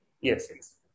Yes